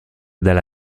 dalla